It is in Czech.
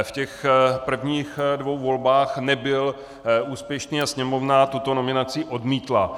V těch prvních dvou volbách nebyl úspěšný a Sněmovna tuto nominaci odmítla.